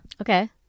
Okay